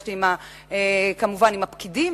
נפגשתי כמובן עם הפקידים,